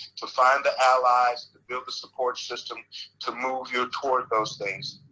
to find the allies, to build the support system, to move you toward those things.